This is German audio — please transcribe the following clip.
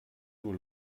nur